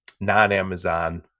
non-amazon